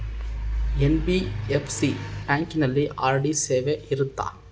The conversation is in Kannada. ಎನ್.ಬಿ.ಎಫ್.ಸಿ ಬ್ಯಾಂಕಿನಲ್ಲಿ ಆರ್.ಡಿ ಸೇವೆ ಇರುತ್ತಾ?